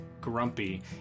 grumpy